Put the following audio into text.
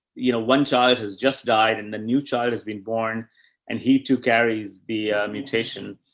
you know, one child has just died and the new child has been born and he took, carries the mutation.